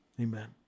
Amen